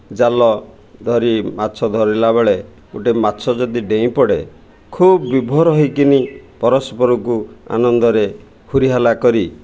ଜାଲ ଧରି ମାଛ ଧରିଲା ବେଳେ ଗୋଟେ ମାଛ ଯଦି ଡେଇଁ ପଡ଼େ ଖୁବ୍ ବିଭୋର ହେଇକିନି ପରସ୍ପରକୁ ଆନନ୍ଦରେ ହୁରିହାଲା କରି